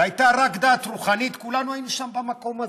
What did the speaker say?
והייתה רק דת רוחנית, כולנו היינו במקום הזה.